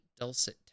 dulcet